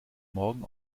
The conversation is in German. morgen